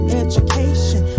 education